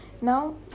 Now